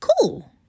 cool